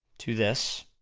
to this,